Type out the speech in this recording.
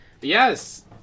Yes